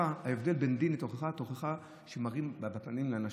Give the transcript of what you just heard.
ההבדל בין דין לבין תוכחה הוא שתוכחה מראים בפנים לאנשים.